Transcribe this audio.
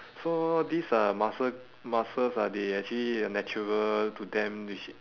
so these uh muscle~ muscles are they actually are natural to them which